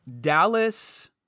dallas